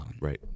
Right